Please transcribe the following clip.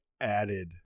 added